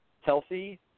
healthy